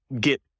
get